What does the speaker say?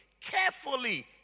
carefully